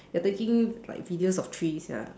you're taking like videos of trees ya